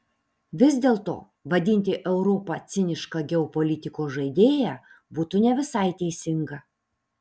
vis dėlto vadinti europą ciniška geopolitikos žaidėja būtų ne visai teisinga